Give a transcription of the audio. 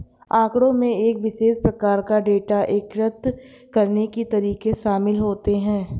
आँकड़ों में एक विशेष प्रकार का डेटा एकत्र करने के तरीके शामिल होते हैं